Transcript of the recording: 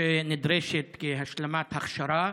שנדרשת כהשלמת הכשרה,